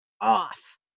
off